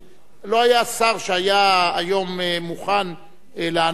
ולא היה שר שהיה מוכן לענות היום,